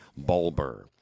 Bulber